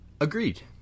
agreed